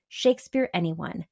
shakespeareanyone